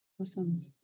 Awesome